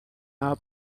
our